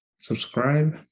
subscribe